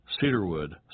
cedarwood